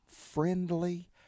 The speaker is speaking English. friendly